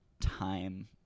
time